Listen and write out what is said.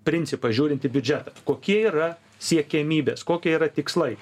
principą žiūrint į biudžetą kokie yra siekiamybės kokie yra tikslai